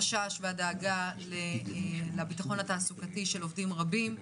החשש והדאגה לביטחון התעסוקתי של עובדים רבים,